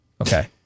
okay